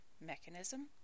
Mechanism